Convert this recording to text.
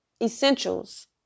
essentials